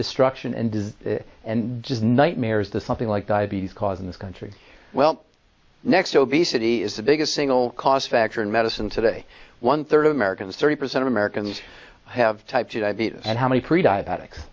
destruction and does and does nightmares to something like diabetes cause in this country well next obesity is the biggest single cause factor in medicine today one third of americans thirty percent of americans have type two diabetes and how many pre diabetic